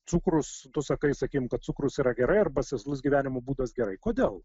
cukrus tu sakai sakykim kad cukrus yra gerai arba sėslus gyvenimo būdas gerai kodėl